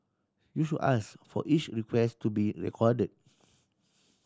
you should ask for each request to be recorded